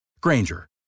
Granger